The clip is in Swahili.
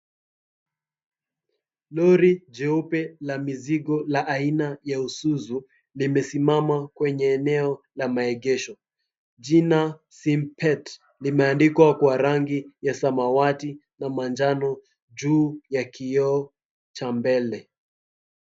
Lori jeupe la mizigo la aina ya Isuzu limesimama kwenye eneo la maegesho. Jina SIMPET limeandikwa kwa rangi ya samawati na manjano juu ya kioo cha mbele.